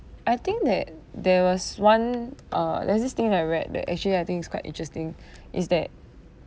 I think that there was one uh there's this thing that I read that actually I think is quite interesting is that